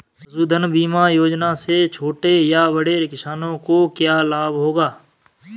पशुधन बीमा योजना से छोटे या बड़े किसानों को क्या लाभ होगा?